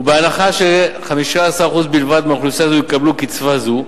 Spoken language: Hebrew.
ובהנחה ש-15% בלבד מהאוכלוסייה הזאת יקבלו קצבה זו,